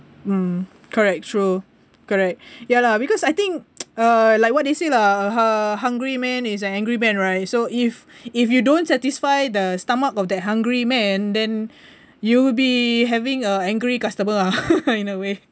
mm correct true correct ya lah because I think uh like what they say lah a hungry man is a angry man right so if if you don't satisfy the stomach of that hungry man then you'll be having a angry customers ah in a way